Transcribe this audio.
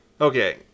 okay